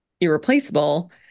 irreplaceable